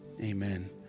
Amen